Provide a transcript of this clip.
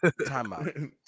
timeout